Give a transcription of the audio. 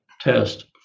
test